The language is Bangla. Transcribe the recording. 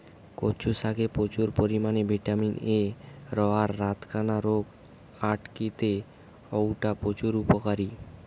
কচু শাকে প্রচুর পরিমাণে ভিটামিন এ রয়ায় রাতকানা রোগ আটকিতে অউটা প্রচুর উপকারী